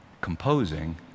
composing